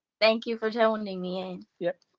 thank you for toning me in. yep.